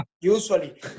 Usually